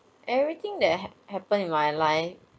everything that had happened in my life